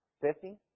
Fifty